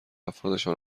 افرادشان